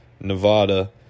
Nevada